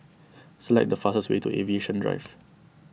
select the fastest way to Aviation Drive